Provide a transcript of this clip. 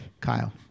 Kyle